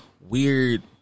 weird